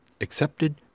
accepted